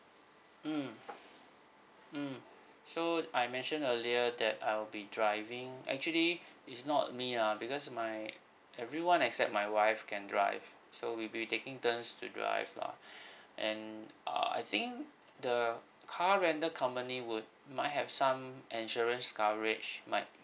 mm mm so I mentioned earlier that I'll be driving actually it's not me ah because my everyone except my wife can drive so we'll be taking turns to drive lah and uh I think the car rental company would might have some insurance coverage might